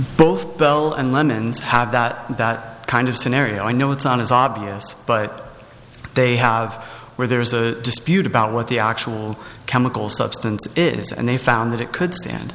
both bell and lennon's have that that kind of scenario i know it sounds obvious but they have where there is a dispute about what the actual chemical substance is and they found that it could stand